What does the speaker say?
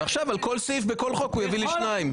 ועכשיו על כל סעיף בכל חוק הוא יביא לי שניים.